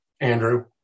Andrew